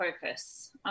focus